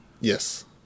Yes